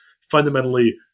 fundamentally